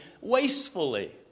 wastefully